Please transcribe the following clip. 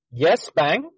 YESBANG